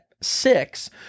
six